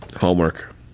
Homework